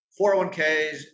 401ks